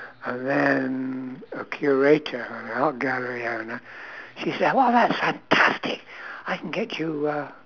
and then a curator at an art gallery I met she said !wow! that's fantastic I can get you a